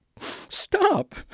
stop